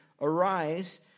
Arise